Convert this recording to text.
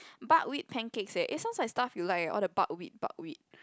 buckwheat pancakes eh it sounds like the stuff you like eh all the buckwheat buckwheat